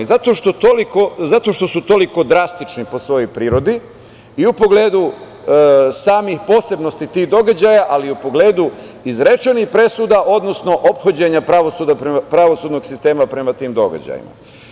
Zato što su toliko drastični po svojoj prirodi i u pogledu samih posebnosti tih događaja, ali i u pogledu izrečenih presuda, odnosno ophođenja pravosudnog sistema prema tim događajima.